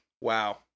Wow